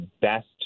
best